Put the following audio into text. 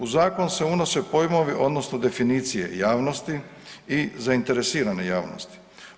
U zakon se unose pojmovi odnosno definicije javnosti i zainteresirane javnosti.